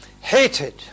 hated